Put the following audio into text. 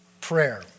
prayer